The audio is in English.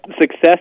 Success